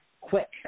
quick